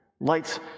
Lights